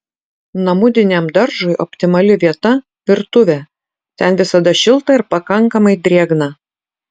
namudiniam daržui optimali vieta virtuvė ten visada šilta ir pakankamai drėgna